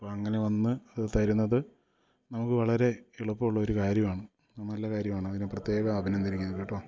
അപ്പം അങ്ങനെ വന്ന് അതു തരുന്നത് നമുക്ക് വളരെ എളുപ്പമുള്ള ഒരു കാര്യമാണ് നല്ല കാര്യമാണ് അതിന് പ്രത്യേകം അഭിനന്ദിക്കണം കേട്ടോ